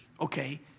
okay